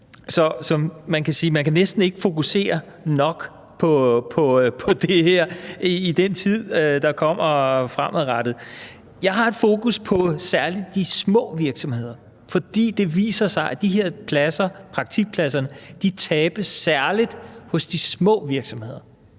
at man næsten ikke kan fokusere nok på det her i den tid, der kommer fremadrettet. Jeg har et særlig fokus på de små virksomheder, fordi det viser sig, at de her pladser, praktikpladser, særlig tabes hos de små virksomheder.